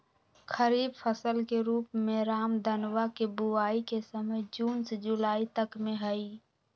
खरीफ फसल के रूप में रामदनवा के बुवाई के समय जून से जुलाई तक में हई